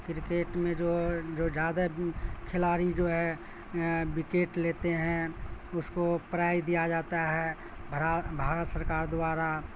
cricket میں جو جو زیادہ کھلاڑی جو ہے وکٹ لیتے ہیں اس کو پرائج دیا جاتا ہے بھارت سرکار دوارا